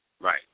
Right